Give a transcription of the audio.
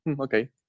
okay